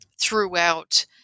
throughout